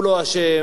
והוא כן עושה,